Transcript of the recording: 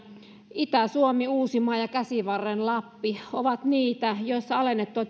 itä suomi uusimaa ja käsivarren lappi ovat niitä joissa alennettua